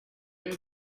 ever